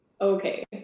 okay